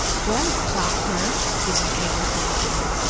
well, doctor. susan cleared her throat again.